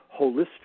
holistic